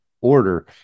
order